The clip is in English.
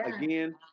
again